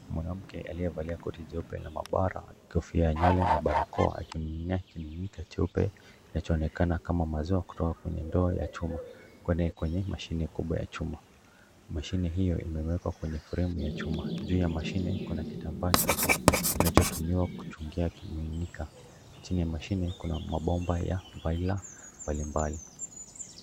Mwanamke aliyevalia koti jeupe la maabara, kofia ya nywele na barakoa akimiminia kimiminika cheupe, kinachoonekana kama maziwa, kutoka kwenye ndoa ya chuma kuenda kwenye mashine kubwa ya chuma. Mashine hiyo imewekwa kwenye fremu ya chuma, juu ya mashine kuna kitambaa cheupe kinachotumiwa kuchungia kimiminika. Chini ya mashine kuna mabomba ya vaila mbali mbali.